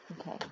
Okay